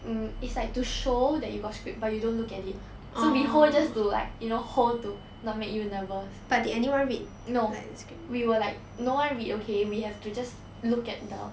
mm it's like to show that you got script but you don't look at it so we hold it just to like you know hold to not make you nervous no we were like no one read okay we have to just look at the